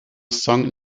song